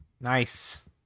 Nice